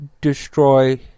destroy